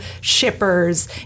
shippers